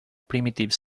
primitive